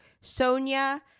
Sonia